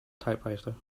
typewriter